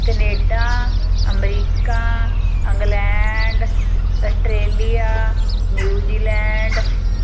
Canada America England Australia New Zealand